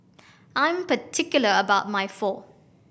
I'm particular about my Pho